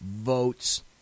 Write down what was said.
votes